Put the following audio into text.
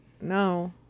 No